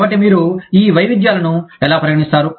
కాబట్టి మీరు ఈ వైవిధ్యాలను ఎలా పరిగణిస్తారు